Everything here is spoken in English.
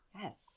Yes